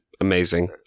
amazing